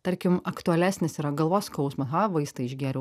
tarkim aktualesnis yra galvos skausmas ha vaistą išgėriau